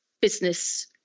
business